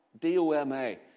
D-O-M-A